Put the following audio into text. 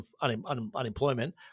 unemployment